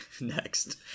next